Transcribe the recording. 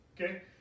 Okay